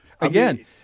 again